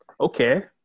Okay